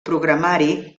programari